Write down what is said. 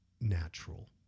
natural